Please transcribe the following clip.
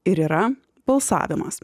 ir yra balsavimas